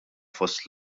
fost